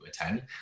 attend